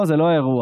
לא, זה לא האירוע.